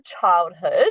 childhood